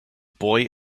boy